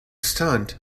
stunt